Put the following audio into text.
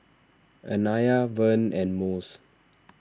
Anaya Vern and Mose